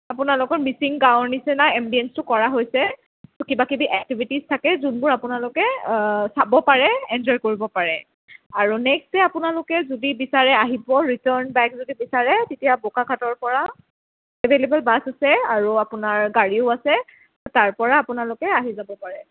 আপোনালোকৰ মিচিং গাঁৱৰ নিচিনা এমবিয়েন্সটো কৰা হৈছে আৰু কিবা কিবি একটিভিটিছ থাকে যোনবোৰ আপোনালোকে চাব পাৰে এনজয় কৰিব পাৰে আৰু নেক্সট ডে' আপোনালোকে যদি বিচাৰে আহিব ৰিটাৰ্ণ বেক যদি বিচাৰে তেতিয়া বোকাখাতৰ পৰা এভেলেব'ল বাছ আছে আৰু আপোনাৰ গাড়ীও আছে তাৰ পৰা আপোনালোকে আহি যাব পাৰে